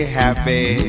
happy